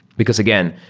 because, again,